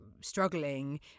struggling